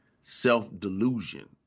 self-delusion